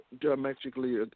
dramatically